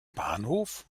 bahnhof